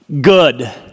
good